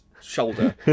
shoulder